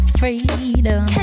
freedom